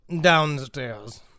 downstairs